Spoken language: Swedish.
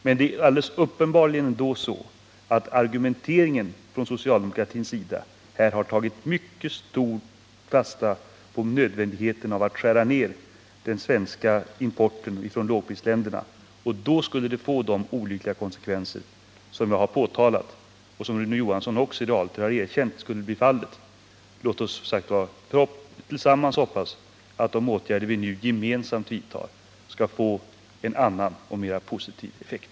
Men det är uppenbarligen så, att socialdemokraterna i sin argumentering i hög grad har tagit fasta på nödvändigheten av en nedskärning av den svenska importen från lågprisländerna. Då skulle det också bli de olyckliga konsekvenser som jag har påtalat och som Rune Johansson också realiter har erkänt att vi skulle få räkna med. Låt oss, som sagt, tillsammans hoppas att de åtgärder som vi nu gemensamt vidtar skall få en annan och mera positiv effekt.